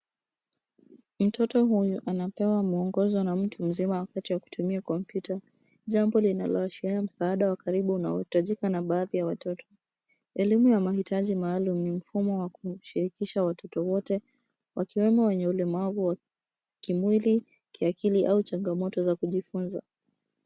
Mtoto huyu anapewa mwongozo na mtu mzima wakati wa kutumia kompyuta. Jambo linaloashiria msaada wa karibu unaohitajika na baadhi ya watoto. Elimu ya mahitaji maalumu ni mfumo wa kushirikisha watoto wote wakiwemo wenye ulemavu wa kimwili, kiakili au changamoto za kujifunza.